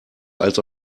als